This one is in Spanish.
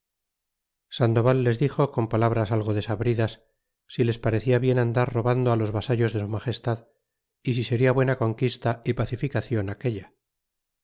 sandoval les dixo con palabras algo desabridas si les parecia bien andar robando los vasallos de su magestad y si seria buena conquista y pacificacion aquella